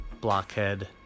Blockhead